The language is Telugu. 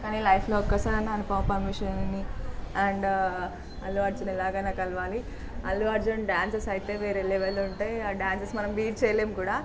కానీ లైఫ్లో ఒక్కసారైనా అనుపమ పరమేశ్వరన్ని అండ్ అల్లు అర్జున్ని ఎలాగైనా కలవాలి అల్లు అర్జున్ డ్యాన్సెస్ అయితే వేరే లెవెల్లో ఉంటాయి ఆ డ్యాన్సెస్ మనం బీట్ చేయలేం కూడా